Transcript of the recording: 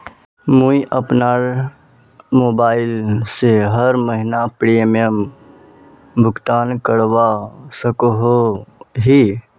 मुई अपना मोबाईल से हर महीनार प्रीमियम भुगतान करवा सकोहो ही?